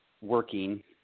working